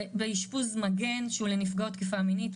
באשפוז מגן שהוא לנפגעות תקיפה מינית,